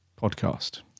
Podcast